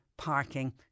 Parking